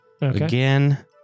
again